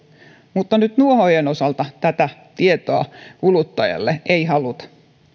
mutta nyt nuohoojien osalta tätä tietoa kuluttajalle ei haluta